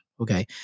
okay